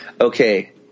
okay